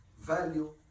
value